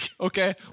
Okay